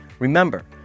Remember